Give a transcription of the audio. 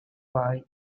way